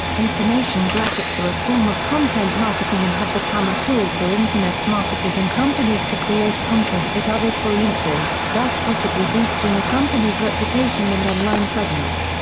information graphics are a form of content marketing and have become a tool for internet marketers and companies to create content that others will link to, thus possibly boosting a company's reputation and online presence.